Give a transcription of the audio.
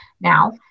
now